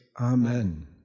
Amen